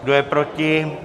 Kdo je proti?